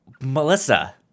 Melissa